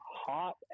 hot